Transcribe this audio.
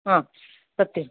सत्यं